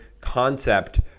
concept